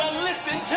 listen